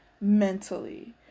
mentally